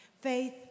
faith